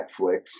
netflix